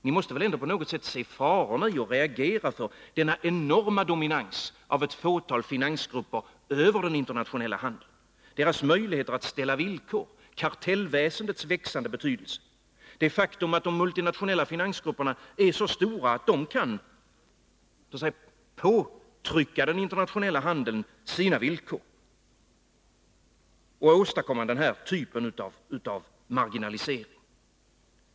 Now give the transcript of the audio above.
Ni måste väl se farorna i och reagera mot ett fåtal finansgruppers enorma dominans över den internationella handeln, deras möjligheter att ställa villkor, kartellväsendets växande betydelse, det faktum att de multinationella finansgrupperna är så stora att de kan påtrycka den internationella handeln sina villkor och åstadkomma den här typen av marginalisering?